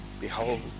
behold